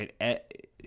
right